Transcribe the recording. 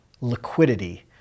liquidity